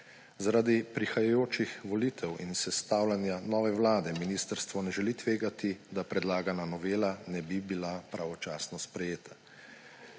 Zaradi prihajajočih volitev in sestavljanja nove vlade ministrstvo ne želi tvegati, da predlagana novela ne bi bila pravočasno sprejeta.